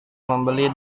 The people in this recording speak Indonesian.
membeli